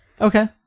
Okay